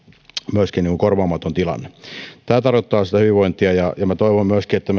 myöskin niin kuin korvaamaton tilanne tämä tarkoittaa sitä hyvinvointia ja ja toivon myöskin että